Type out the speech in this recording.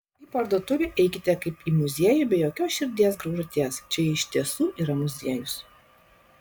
į parduotuvę eikite kaip į muziejų be jokios širdies graužaties čia iš tiesų yra muziejus